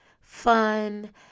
fun